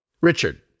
Richard